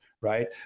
right